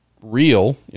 real